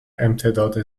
امتداد